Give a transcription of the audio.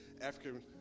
African